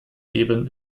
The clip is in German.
eben